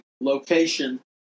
location